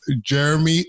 Jeremy